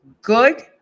good